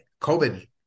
covid